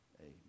Amen